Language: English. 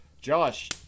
josh